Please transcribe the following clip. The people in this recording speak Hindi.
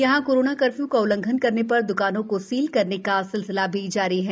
यहाँ कोरोना कर्फ्यू का उल्लंघन करने पर द्कानों को सील करने का सिलसिला भी जारी है